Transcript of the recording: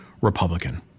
Republican